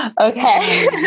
Okay